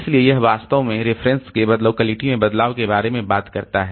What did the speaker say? इसलिए यह वास्तव में रिफरेंस के लोकेलिटी में बदलाव के बारे में बात करता है